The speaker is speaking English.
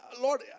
Lord